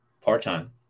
part-time